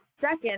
second